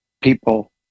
people